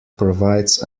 provides